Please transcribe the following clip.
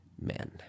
men